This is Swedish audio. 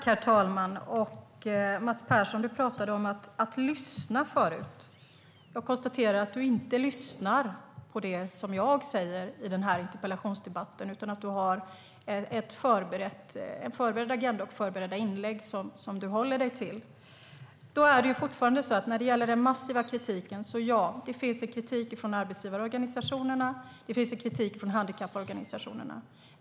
Herr talman! Mats Persson pratade tidigare om att lyssna. Jag konstaterar att han inte lyssnar på vad jag säger i den här interpellationsdebatten. Han har en förberedd agenda och förberedda inlägg som han håller sig till. Ja, det finns kritik från arbetsgivarorganisationerna och handikapporganisationerna.